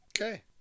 Okay